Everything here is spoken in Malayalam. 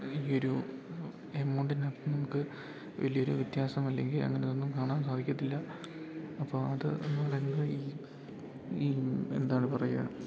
ഈയൊരു എമൗണ്ടിനാത്ത് നമുക്ക് വെലിയൊരു വ്യത്യാസം അല്ലെങ്കി അങ്ങനൊന്നും കാണാൻ സാധിക്കത്തില്ല അപ്പ അത് ഒന്ന് റെന്ഡറ് ചെയ്യും ഈ എന്താണ് പറയ